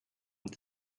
the